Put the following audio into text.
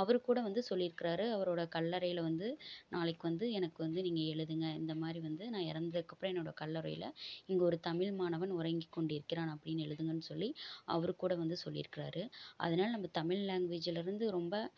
அவர் கூட வந்து சொல்லிருக்கறார் அவரோட கல்லறையில வந்து நாளைக்கு வந்து எனக்கு வந்து நீங்கள் எழுதுங்க இந்த மாரி வந்து நான் இறந்ததுக்கப்றம் என்னோட கல்லறையில இங்கே ஒரு தமிழ் மாணவன் உறங்கிக் கொண்டு இருக்கிறான் அப்படினு எழுதுங்கன்னு சொல்லி அவர் கூட வந்து சொல்லிருக்கறார் அதனால் நம்ப தமிழ் லேங்குவேஜில இருந்து ரொம்ப